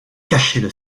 cachaient